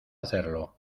hacerlo